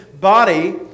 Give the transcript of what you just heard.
body